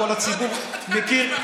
כל הציבור מכיר,